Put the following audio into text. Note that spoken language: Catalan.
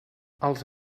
els